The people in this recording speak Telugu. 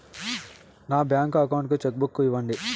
నా బ్యాంకు అకౌంట్ కు చెక్కు బుక్ ఇవ్వండి